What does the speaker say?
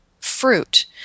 fruit